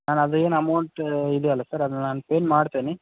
ನಾನು ಅದೇನು ಅಮೌಂಟ್ ಇದೆ ಅಲ್ಲ ಸರ್ ಅದು ನಾನು ಶೇರ್ ಮಾಡ್ತೇನೆ